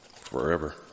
forever